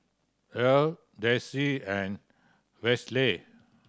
Earl Desi and Westley